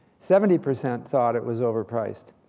seventy percent thought it was overpriced,